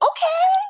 Okay